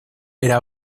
era